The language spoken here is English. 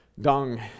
Dung